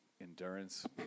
endurance